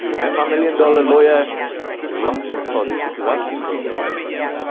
and my million dollar lawyer is locked in the closet because i've seen god's faithfulness.